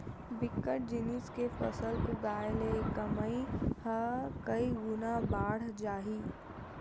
बिकट जिनिस के फसल उगाय ले कमई ह कइ गुना बाड़ जाही